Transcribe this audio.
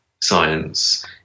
science